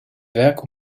werk